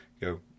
go